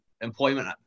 employment